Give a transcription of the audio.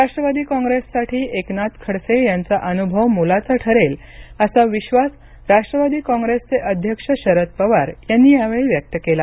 राष्ट्रवादी काँग्रेससाठी एकनाथ खडसे यांचा अनुभव मोलाचा ठरेल असा विश्वास राष्ट्रवादी काँग्रेसचे अध्यक्ष शरद पवार यांनी यावेळी व्यक्त केला